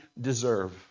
deserve